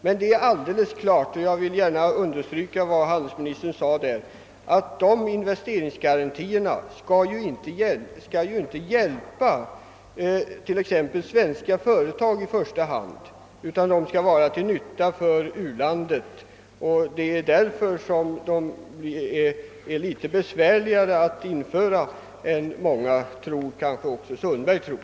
Men jag vill gärna understryka vad handelsministern sade, att dessa investeringsgarantier inte i första hand skall hjälpa t.ex. svenska företag, utan de skall vara till nytta för u-landet. Det är därför som dessa är svårare att införa än vad många, kanske även fru Sundberg, tror.